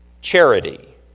charity